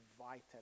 invited